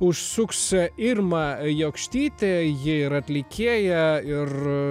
užsuks irma jokštytė ji ir atlikėja ir